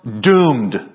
doomed